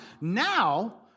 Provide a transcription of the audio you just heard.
Now